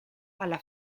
alla